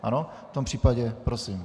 Ano, v tom případě prosím.